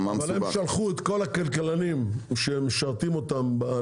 הם שלחו את כל הכלכלנים שמשרתים אותם.